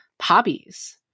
hobbies